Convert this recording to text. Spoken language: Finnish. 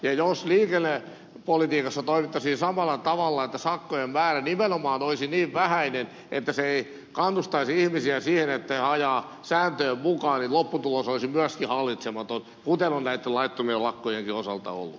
ja jos liikennepolitiikassa toimittaisiin samalla tavalla että sakkojen määrä nimenomaan olisi niin vähäinen että se ei kannustaisi ihmisiä siihen että he ajavat sääntöjen mukaan niin lopputulos olisi myöskin hallitsematon kuten on näitten laittomien lakkojenkin osalta ollut